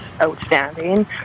outstanding